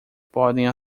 podem